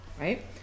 right